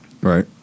Right